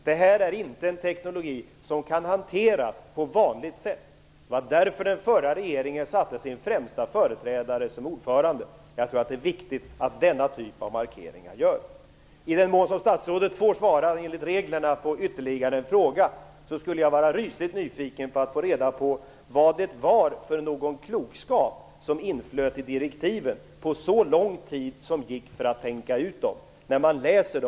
Detta är inte en teknologi som kan hanteras på vanligt sätt. Det var därför den förra regeringen satte sin främsta företrädare som ordförande. Det är viktigt att denna typ av markeringar görs. I den mån som statsrådet enligt reglerna får svara på ytterligare en fråga skulle jag vilja få reda på vad det var för klokskap som ingöts i direktiven under den långa tid som gick för att tänka ut dem; det är jag rysligt nyfiken på.